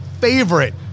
favorite